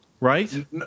right